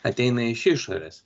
ateina iš išorės